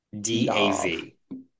D-A-V